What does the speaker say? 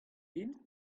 vimp